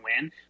win